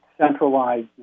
centralized